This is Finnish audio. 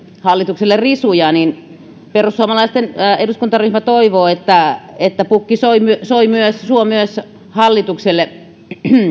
hallitukselle risuja niin perussuomalaisten eduskuntaryhmä toivoo että että pukki suo myös hallitukselle